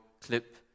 clip